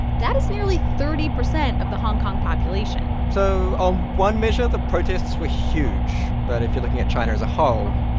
that is nearly thirty percent of the hong kong population so on one measure, the protests were huge. but if you're looking at china as a whole,